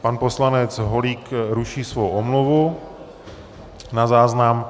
Pan poslanec Holík ruší svoji omluvu na záznam.